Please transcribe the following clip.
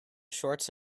shorts